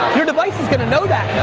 your device is gonna know that.